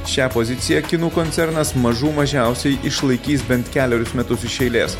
šią poziciją kinų koncernas mažų mažiausiai išlaikys bent kelerius metus iš eilės